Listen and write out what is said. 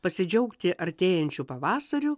pasidžiaugti artėjančiu pavasariu